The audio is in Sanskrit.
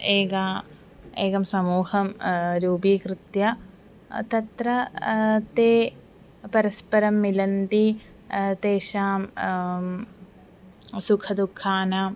एका एकः समूहः रूपीकृत्य तत्र ते परस्परं मिलन्ति तेषां सुखदुखानां